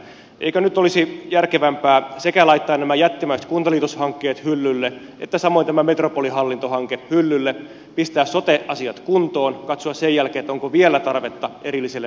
eikö nyt olisi järkevämpää laittaa sekä nämä jättimäiset kuntaliitoshankkeet hyllylle että samoin tämä metropolihallintohanke hyllylle pistää sote asiat kuntoon katsoa sen jälkeen onko vielä tarvetta erilliselle metropolihallinnolle